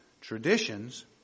traditions